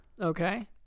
Okay